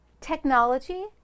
technology